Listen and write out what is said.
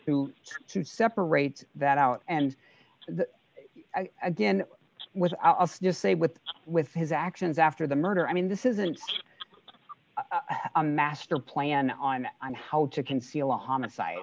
to to separate that out and that again was i'll just say with with his actions after the murder i mean this isn't a master plan on on how to conceal a homicide